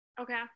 okay